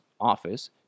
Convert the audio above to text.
Office